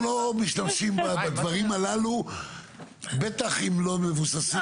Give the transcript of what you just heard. לא משתמשים בדברים הללו בטח אם לא מבוססים.